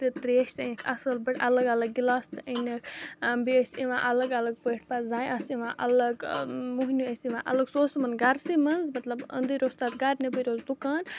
تہٕ ترٛیش تہِ أنِکھ اَصۭل پٲٹھۍ اَلَگ اَلَگ گِلاس تہٕ أنِکھ بیٚیہِ ٲسۍ یِوان اَلَگ اَلَگ پٲٹھۍ پَتہٕ زَنہِ آسہٕ یِوان اَلَگ موٚہنِو ٲسۍ یِوان اَلَگ سُہ اوس یِمَن گَرسٕے منٛز مَطلَب أنٛدٕرۍ اوس تَتھ گَرٕ نیٚبٕرۍ اوس دُکان